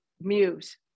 Muse